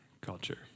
culture